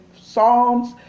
psalms